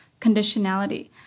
conditionality